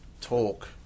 talk